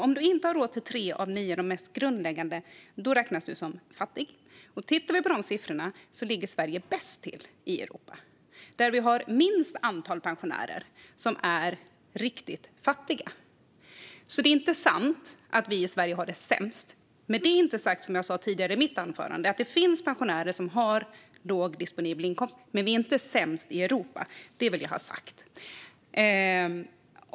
Om du inte har råd med tre av nio av de mest grundläggande sakerna räknas du som fattig. Tittar vi på de siffrorna ser vi att Sverige ligger bäst till i Europa. Vi har minst antal pensionärer som är riktigt fattiga. Det är alltså inte sant att vi i Sverige har det sämst. Som jag sa i mitt anförande finns det pensionärer som har låg disponibel inkomst. Men vi är inte sämst i Europa; det vill jag ha sagt.